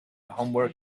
homework